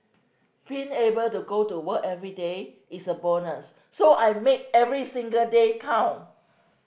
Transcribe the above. being able to go to work everyday is a bonus so I make every single day count